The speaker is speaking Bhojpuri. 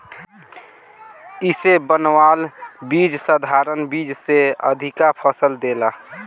इसे बनावल बीज साधारण बीज से अधिका फसल देला